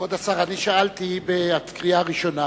כבוד השר, אני שאלתי בקריאה הראשונה